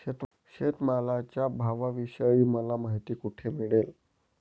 शेतमालाच्या भावाविषयी मला माहिती कोठे मिळेल?